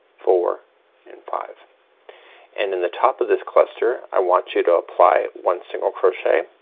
four and five and in the top of this cluster i want you to apply one single crochet